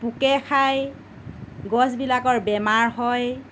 পোকে খায় গছবিলাকৰ বেমাৰ হয়